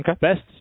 Best